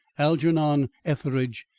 algernon etheridge,